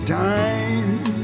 time